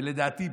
לדעתי,